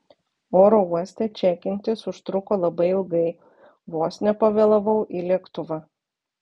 oro uoste čekintis užtruko labai ilgai vos nepavėlavau į lėktuvą